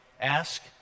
Ask